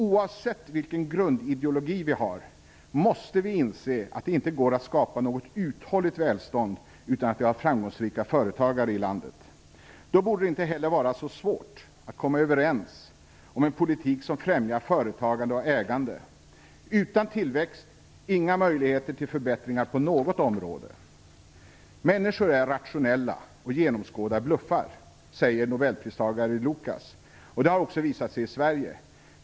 Oavsett vilken grundideologi vi har måste vi inse att det inte går att skapa något uthålligt välstånd utan att vi har framgångsrika företagare i landet. Då borde det inte heller vara så svårt att komma överens om en politik som främjar företagande och ägande. Utan tillväxt finns inga möjligheter till förbättringar på något område. Människor är rationella och genomskådar bluffar, säger Nobelpristagare Lucas, och det har också visat sig i Sverige.